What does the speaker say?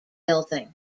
buildings